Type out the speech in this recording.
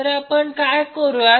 तर आपण काय करुया